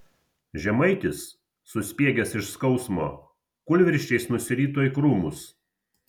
žemaitis suspiegęs iš skausmo kūlvirsčiais nusirito į krūmus